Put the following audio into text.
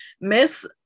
Miss